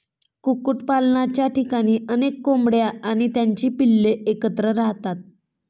कुक्कुटपालनाच्या ठिकाणी अनेक कोंबड्या आणि त्यांची पिल्ले एकत्र राहतात